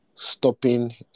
stopping